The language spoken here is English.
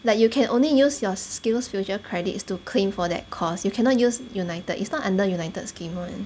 like you can only use your skillsfuture credits to claim for that course you cannot use united is not under united scheme [one]